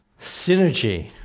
Synergy